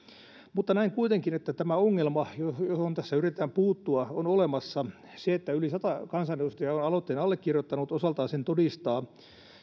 mutta näen kuitenkin että tämä ongelma johon tässä yritetään puuttua on olemassa se että yli sata kansanedustajaa on aloitteen allekirjoittanut osaltaan sen todistaa